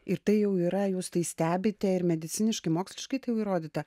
ir tai jau yra jūs tai stebite ir mediciniškai moksliškai tai jau įrodyta